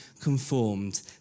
conformed